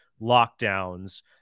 lockdowns